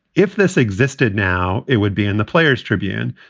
if this existed now, it would be in the players tribune.